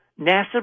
NASA